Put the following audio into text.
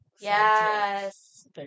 Yes